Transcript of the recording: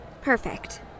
Perfect